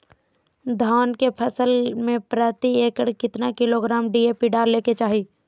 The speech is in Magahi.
धान के फसल में प्रति एकड़ कितना किलोग्राम डी.ए.पी डाले के चाहिए?